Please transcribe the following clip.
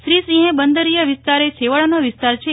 શ્રી સિંહે બંદરીય વિસ્તાર એ છેવાડાનો વિસ્તાર છે